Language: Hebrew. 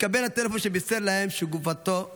התקבל הטלפון שבישר להם שגופתו אותרה.